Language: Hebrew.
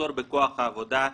המחסור בכוח העבודה,